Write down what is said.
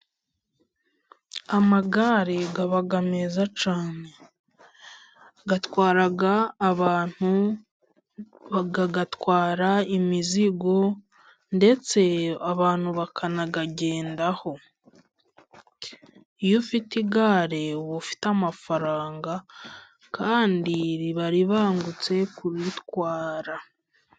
Amagare aba meza cyane atwara abantu, agatwara imizigo ndetse abantu bakanayagendaho. Iyo ufite igare uba ufite amafaranga , kandi riba ribangutse kuritwara.